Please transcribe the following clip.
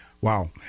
Wow